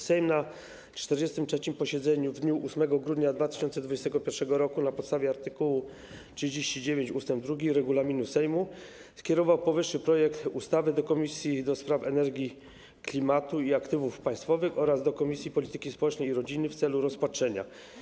Sejm na 43. posiedzeniu w dniu 8 grudnia 2021 r. na podstawie art. 39 ust. 2 regulaminu Sejmu skierował powyższy projekt ustawy do Komisji do Spraw Energii, Klimatu i Aktywów Państwowych oraz Komisji Polityki Społecznej i Rodziny w celu rozpatrzenia.